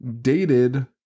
dated